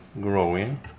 growing